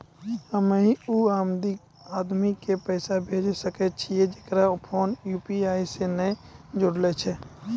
हम्मय उ आदमी के पैसा भेजै सकय छियै जेकरो फोन यु.पी.आई से नैय जूरलो छै?